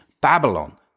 Babylon